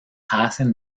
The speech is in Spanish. hacen